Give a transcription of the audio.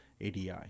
ADI